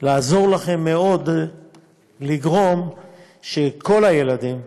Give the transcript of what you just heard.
לעזור לכם מאוד לגרום לכך שלכל הילדים,